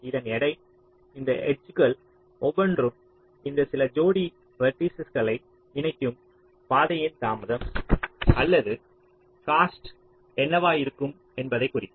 இதன் எடை இந்த எட்ஜ்கள் ஒவ்வொன்றும் இந்த 2 ஜோடி வெர்ட்டிஸஸ்களை இணைக்கும் பாதையின் தாமதம் அல்லது காஸ்ட் என்னவாகயிருக்கும் என்பதைக் குறிக்கும்